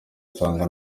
nsanga